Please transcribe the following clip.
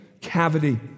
cavity